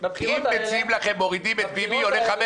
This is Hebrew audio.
אם מציעים לכם "מורידים את ביבי": עולה 5